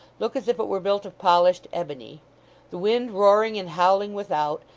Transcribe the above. look as if it were built of polished ebony the wind roaring and howling without,